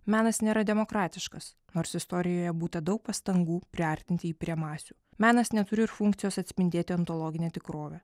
menas nėra demokratiškas nors istorijoje būta daug pastangų priartinti jį prie masių menas neturi ir funkcijos atspindėti ontologinę tikrovę